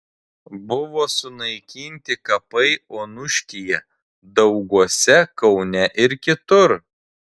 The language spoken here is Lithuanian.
buvo sunaikinti kapai onuškyje dauguose kaune ir kitur